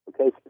Okay